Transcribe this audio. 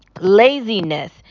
laziness